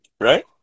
Right